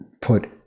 Put